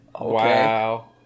Wow